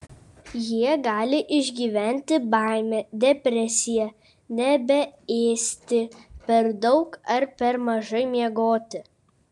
jie gali išgyventi baimę depresiją nebeėsti per daug ar per mažai miegoti